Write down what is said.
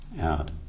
out